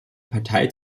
partei